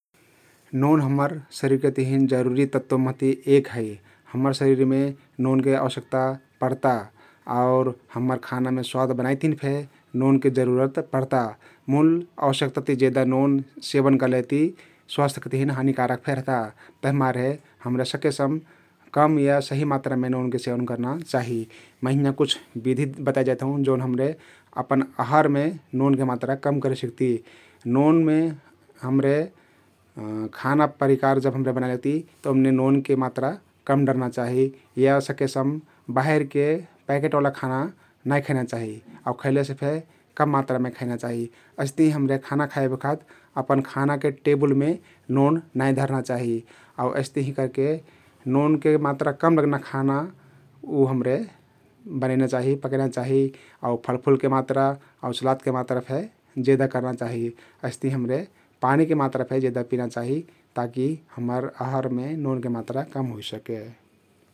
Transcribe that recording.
नोन हम्मर शरिरके तहिन जरुरि तत्व महती एक हइ । हम्मर शरिरमे नोनके अवश्यक्ता पर्ता आउर हम्मर खानामे स्वाद बनाइक तहिन फे नोनके जरुरत पर्ता । मुल अवश्यक्ता ती जेदा नोन सेवन कर्लेति स्वस्थ्यके तहिन हानीकारक फे रहता तभिकमारे हमरे सकेसम कम या सहि मात्रामे नोनके सेवन कर्ना चाहि । मै हिंया कुछ बिधि बताइ जाइत हउँ जउन हम्रे अपन अहारमे नोनके मात्रा कम करे सिक्ती । नोनमे हमरे खाना परिकार जब हम्रे बनाइ लग्ती तउ ओमने नोनके मात्रा कम डर्ना चाहि या सकेसम बाहिरके पाकेट ओला खाना नाई खैना चाहि आउ खैलेसे फे कम मात्रामे खैना चाहि । अइस्तहिं हम्रे खाना खाइबखत अपन खानाके टेबुलमे नोन नाई धर्ना चाहि आउ अइस्तहिं करके नोनके मात्रा कम लग्ना खाना उ हम्रे बनैना चाहि पकैना चाहि आउ फलफुलके मात्रा आउ सलादके मात्रा फे जेदा कर्ना चाहि । हइस्तहिं हम्रे पानीके मात्रा फे जेदा पिना चाहि ता कि हम्मर आहरमे नोनके मात्रा कम होइसके ।